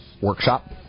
workshop